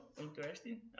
interesting